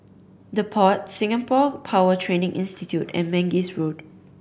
The Pod Singapore Power Training Institute and Mangis Road